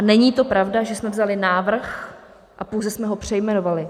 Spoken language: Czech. Není to pravda, že jsme vzali návrh a pouze jsme ho přejmenovali.